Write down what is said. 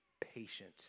patient